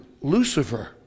Lucifer